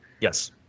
Yes